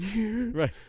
right